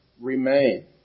remain